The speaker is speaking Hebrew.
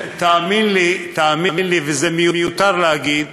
תאמין לי, וזה מיותר להגיד,